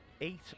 eight